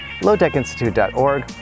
lowtechinstitute.org